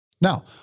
Now